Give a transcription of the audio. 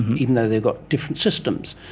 even though they've got different systems.